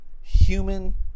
human